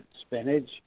Spinach